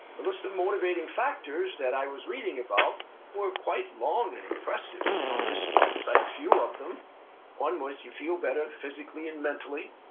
the list of motivating factors that i was reading about were quite long and impressive. i'll just cite a few of them one was you feel better physically and mentally.